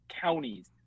Counties